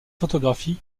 photographies